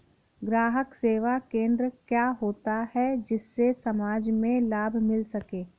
ग्राहक सेवा केंद्र क्या होता है जिससे समाज में लाभ मिल सके?